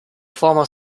former